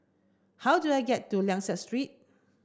how do I get to Liang Seah Street